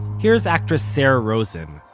here's actress sarah rosen,